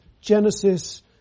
Genesis